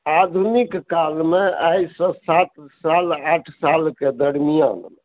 आधुनिक कालमे आइसँ सात साल आठ सालके दरमिआन